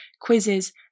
quizzes